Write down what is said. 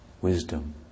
wisdom